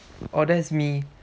orh that's me